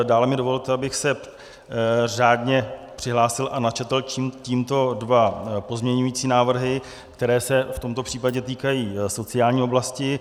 Dále mi dovolte, abych se řádně přihlásil a načetl tímto dva pozměňovací návrhy, které se v tomto případě týkají sociální oblasti.